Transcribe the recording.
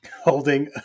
holding